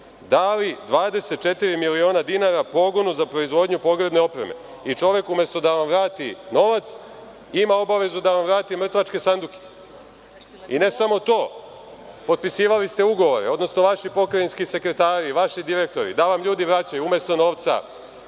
dali 24 miliona dinara pogonu za proizvodnju pogrebne opreme i čovek umesto da vam vrati novac, ima obavezu da vam vrati mrtvačke sanduke.I ne samo to, potpisivali ste ugovore, odnosno vaši pokrajinski sekretari, vaši direktori, da vam ljudi vraćaju umesto novca,